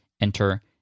Enter